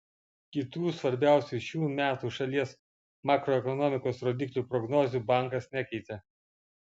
kitų svarbiausių šių metų šalies makroekonomikos rodiklių prognozių bankas nekeitė